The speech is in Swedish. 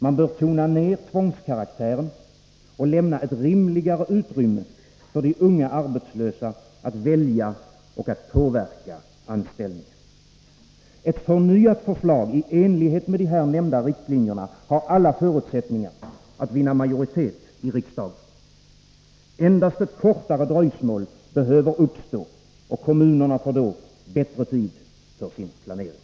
Man bör tona ner tvångskaraktären och lämna ett rimligare utrymme för de unga arbetslösa att välja och att påverka anställningen. Ett förnyat förslag i enlighet med de nämnda riktlinjerna har alla förutsättningar att vinna majoritet i riksdagen. Endast ett kortare dröjsmål behöver uppstå, och kommunerna får då bättre tid för sin planering.